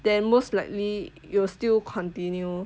then most likely you will still continue